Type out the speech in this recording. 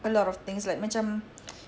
a lot of things like macam